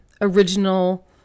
Original